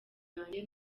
yanjye